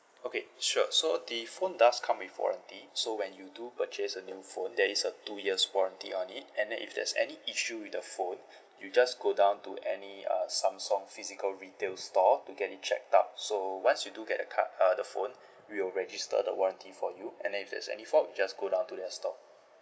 okay sure so the phone does come with warranty so when you do purchase a new phone there is a two years warranty on it and then if there's any issue with the phone you just go down to any uh samsung physical retail store to get it check up so once you do get a card uh the phone we'll register the warranty for you and then if there's any fault just go down to their store